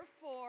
four